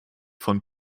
von